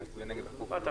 אוקיי.